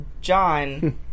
John